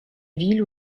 ville